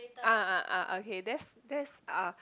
ah ah ah okay that's that's uh